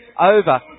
over